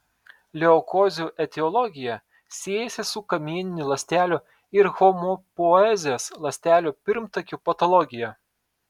leukozių etiologija siejasi su kamieninių ląstelių ir hemopoezės ląstelių pirmtakių patologija